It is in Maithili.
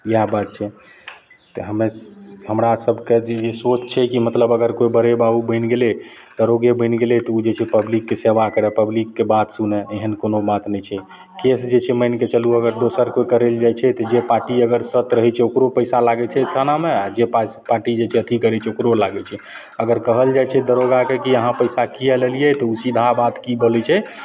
इएह बात छै तऽ हमरा सभके भी सोच छै कि मतलब अगर कोइ बड़े बाबू बनि गेलै दरोगे बनि गेलै तऽ ओ जे छै पब्लिकके सेवा करै पब्लिकके बात सुनै एहन कोनो बात नहि छै केस जे छै मानिके चलू अगर दोसर कोइ करैलए जाइ छै तऽ जे पार्टी अगर त्रस्त रहै छै ओकरो पइसा लागै छै थानामे आओर जे पा पार्टी जे अथी करै छै ओकरो लागै छै अगर कहल जाइ छै दरोगाकेँ कि अहाँ पइसा किएक लेलिए तऽ ओ सीधा बात कि बोलै छै